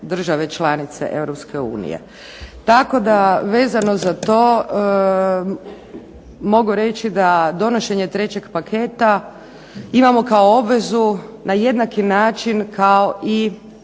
Europske unije. Tako da vezano za to mogu reći da donošenje trećeg paketa imamo kao obvezu na jednaki način kao i